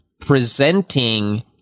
presenting